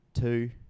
two